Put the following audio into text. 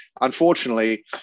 unfortunately